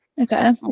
Okay